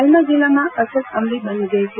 હાલમાં જીલ્લામાં અછત અમલી બની ગઈ છે